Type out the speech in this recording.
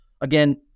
again